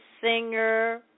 singer